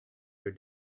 your